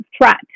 threat